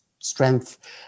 strength